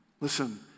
Listen